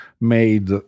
made